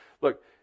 Look